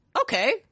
Okay